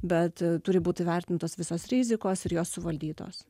bet turi būti įvertintos visos rizikos ir jos suvaldytos